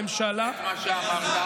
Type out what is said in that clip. אלעזר,